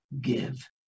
give